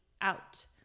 out